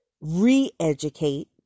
re-educate